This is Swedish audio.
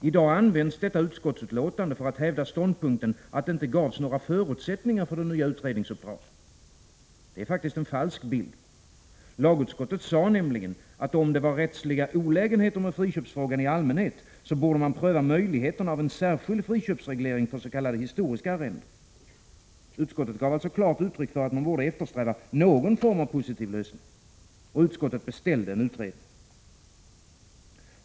I dag används detta utskottsutlåtande för att hävda ståndpunkten att det inte gavs några förutsättningar för det nya utredningsuppdraget. Det är faktiskt en falsk bild. Lagutskottet sade nämligen att om det var rättsliga olägenheter med friköpsfrågan i allmänhet så borde man pröva möjligheterna av särskild friköpsreglering för s.k. historiska arrenden. Utskottet gav alltså klart uttryck för att man borde eftersträva någon form av positiv lösning, och utskottet beställde en utredning.